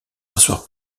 rasseoir